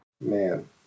man